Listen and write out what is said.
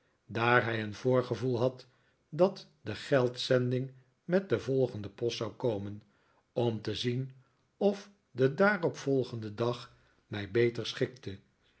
daar hij een voorgevoel had dat de geldzending met de volgende post zou komen om te zien of de daarop volgende dag mij beter schikte